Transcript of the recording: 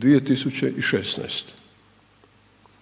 2.016.